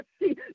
see